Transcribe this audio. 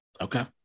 Okay